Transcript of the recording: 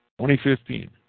2015